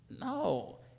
No